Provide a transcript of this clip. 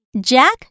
Jack